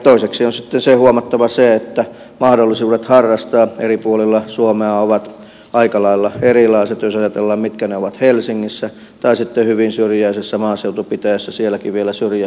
toiseksi on sitten huomattava se että mahdollisuudet harrastaa eri puolilla suomea ovat aika lailla erilaiset jos ajatellaan mitkä ne ovat helsingissä tai sitten hyvin syrjäisessä maaseutupitäjässä sielläkin vielä syrjäkylällä